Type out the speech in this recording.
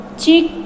chick